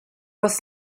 was